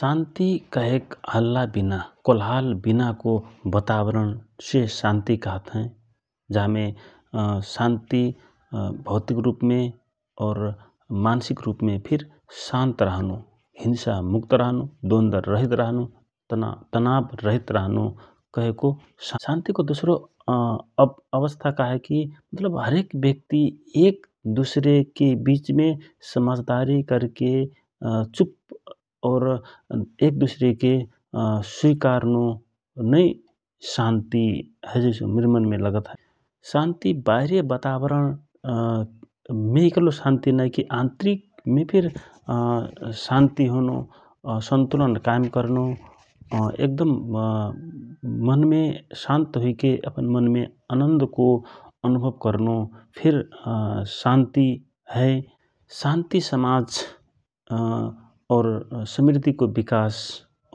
शान्ति कहेक हल्ला विना कोलहार विनाको वातावरण से शान्ति काहत हए । जा मे शान्ति भौतिक रूपमे और मान्सिक रूपमे फिर शान्त रहनो हिन्सा मुक्त रहनो द्वान्द रहित रहनो तनाव रहित रहनो कहेको शान्ति को दुसरो अवस्था का हए कि मतलब हरेक व्यक्ति एक दुसरेके विचमे समजदारी करके चुप्पऔर एक दुसरेके स्विकारनो नै शान्ति हए जैसो मिरमनमे लगत हए शान्ति बाहिरिया वतावारण मे इकल्लो शान्ति नाए कि आन्तरिक मे फिर शान्ति होनो सन्तुलन कायम करनो एक दम मनमे शान्त हुइके अपन मनमे अन्दको अनुभव करनो फिर शान्ति हए । शान्ति समाज और समृद्धिको विकास